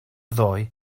ddoe